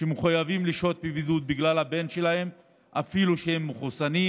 שמחויבים לשהות בבידוד בגלל הבן שלהם אפילו שהם מחוסנים.